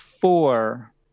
four